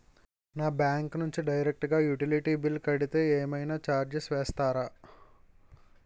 నా బ్యాంక్ నుంచి డైరెక్ట్ గా యుటిలిటీ బిల్ కడితే ఏమైనా చార్జెస్ వేస్తారా?